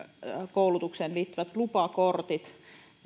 koulutukseen liittyvät lupakortit